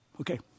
Okay